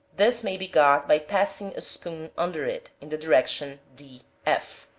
this may be got by passing a spoon under it, in the direction d, f.